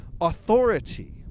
authority